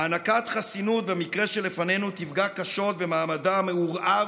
הענקת חסינות במקרה שלפנינו תפגע קשות במעמדה המעורער